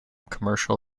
commercial